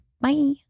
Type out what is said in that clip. Bye